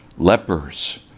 Lepers